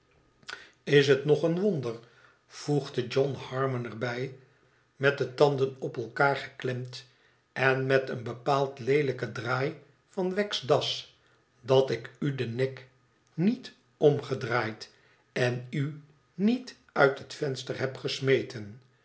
is het nog een wonder voegde john harmon er bij met de tanden op elkaar geklemd en met een bepaald leelijken draai van wegg's das dat ik u den nek niet omgedraaid en u niet uit bet venster heb gesmeten